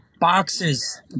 boxes